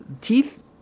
teeth